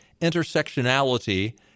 Intersectionality